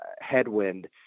headwind